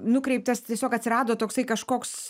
nukreiptas tiesiog atsirado toksai kažkoks